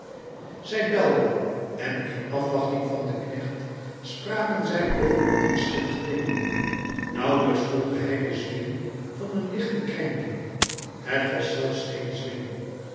zij belde en in afwachting van den knecht spraken zij over onverschillige dingen nauwlijks voelde hij den zweem van een lichte krenking het was zelfs geen zweem